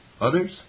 Others